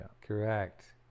correct